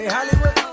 Hollywood